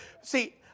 See